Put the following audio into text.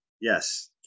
Yes